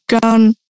gun